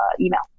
email